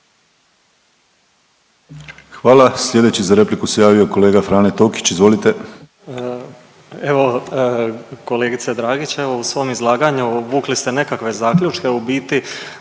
Hvala. Slijedeći za repliku se javio kolega Frane Tokić. Izvolite. **Tokić, Frane (DP)** Evo kolegice Dragić evo u svom izlaganju vukli ste nekakve zaključke u biti